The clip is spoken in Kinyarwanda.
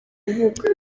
rubuga